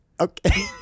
Okay